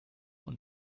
und